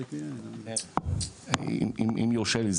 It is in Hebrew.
אם יורשה לי,